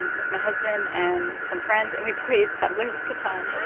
and with my husband and some friends. and we played settlers of catan.